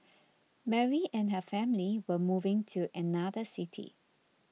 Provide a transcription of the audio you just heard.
Mary and her family were moving to another city